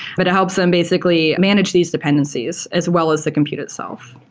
but it helps them basically manage these dependencies as well as the compute itself.